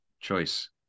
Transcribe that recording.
choice